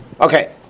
Okay